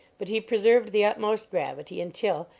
but he preserved the utmost gravity until,